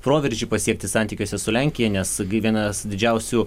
proveržį pasiekti santykiuose su lenkija nes gi vienas didžiausių